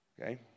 Okay